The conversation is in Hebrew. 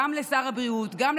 אדוני השר.